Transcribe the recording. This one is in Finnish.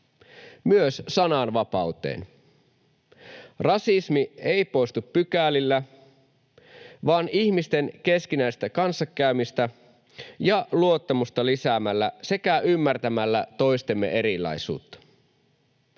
myös sananvapauteen. Rasismi ei poistu pykälillä, vaan ihmisten keskinäistä kanssakäymistä ja luottamusta lisäämällä sekä ymmärtämällä toistemme erilaisuutta.